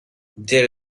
there